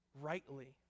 rightly